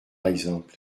exemple